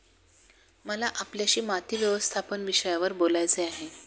मला आपल्याशी माती व्यवस्थापन विषयावर बोलायचे आहे